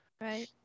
Right